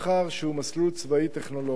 שהוא מסלול צבאי טכנולוגי.